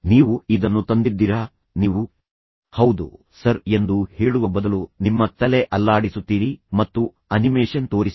ನೀವು ಇದನ್ನು ತಂದಿದ್ದೀರಾ ನೀವು ಹೌದು ಸರ್ ಎಂದು ಹೇಳುವ ಬದಲು ನಿಮ್ಮ ತಲೆ ಅಲ್ಲಾಡಿಸುತ್ತೀರಿ ಮತ್ತು ಅನಿಮೇಷನ್ ತೋರಿಸಿ